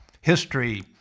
history